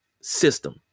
system